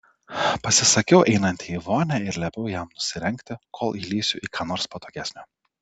pasisakiau einanti į vonią ir liepiau jam nusirengti kol įlįsiu į ką nors patogesnio